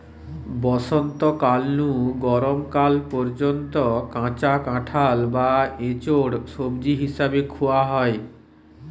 বসন্তকাল নু গরম কাল পর্যন্ত কাঁচা কাঁঠাল বা ইচোড় সবজি হিসাবে খুয়া হয়